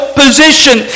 position